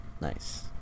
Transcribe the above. Nice